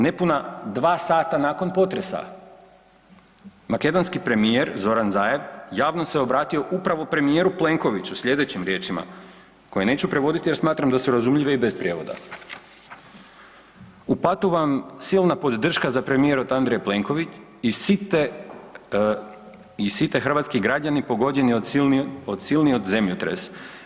Nepuna 2 sata nakon potresa makedonski premijer Zoran Zaev javno se obratio upravo premijeru Plenkoviću slijedećim riječima koje neću prevodit jer smatram da su razumljive i bez prijevoda: Upatuvam silna podrška za premijer od Andreja Plenković i site hrvatski građani pogođeni od silni od zemljotres.